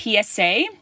PSA